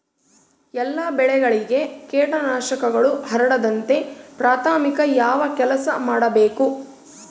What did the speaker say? ಎಲ್ಲ ಬೆಳೆಗಳಿಗೆ ಕೇಟನಾಶಕಗಳು ಹರಡದಂತೆ ಪ್ರಾಥಮಿಕ ಯಾವ ಕೆಲಸ ಮಾಡಬೇಕು?